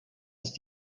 ist